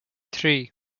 three